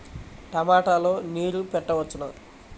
టమాట లో నీరు పెట్టవచ్చునా?